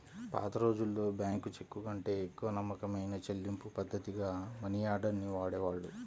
పాతరోజుల్లో బ్యేంకు చెక్కుకంటే ఎక్కువ నమ్మకమైన చెల్లింపుపద్ధతిగా మనియార్డర్ ని వాడేవాళ్ళు